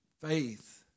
faith